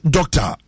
Doctor